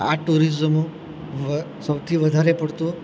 આ ટુરીઝમો વ સૌથી વધારે પડતો